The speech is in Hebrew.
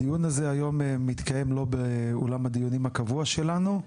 הדיון הזה היום מתקיים לא באולם הדיונים הקבוע שלנו.